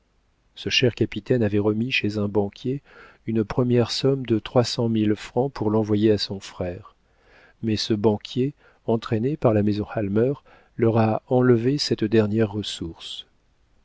ce cher capitaine avait remis chez un banquier une première somme de trois cent mille francs pour l'envoyer à son frère mais ce banquier entraîné par la maison halmer leur a enlevé cette dernière ressource